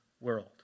world